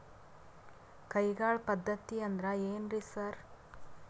ಕೈಗಾಳ್ ಪದ್ಧತಿ ಅಂದ್ರ್ ಏನ್ರಿ ಸರ್?